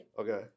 Okay